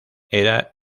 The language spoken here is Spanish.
era